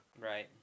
Right